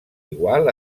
igual